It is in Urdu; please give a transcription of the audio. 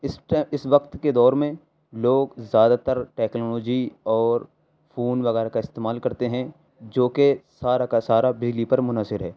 اس وقت کے دور میں لوگ زیادہ تر ٹیکنالوجی اور فون وغیرہ کا استعمال کرتے ہیں جو کہ سارا کا سارا بجلی پر منحصر ہے